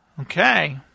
Okay